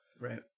Right